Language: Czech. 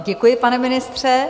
Děkuji, pane ministře.